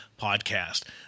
podcast